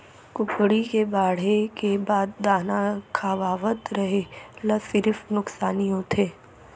कुकरी के बाड़हे के बाद दाना खवावत रेहे ल सिरिफ नुकसानी होथे